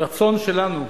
הרצון שלנו,